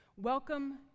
Welcome